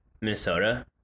Minnesota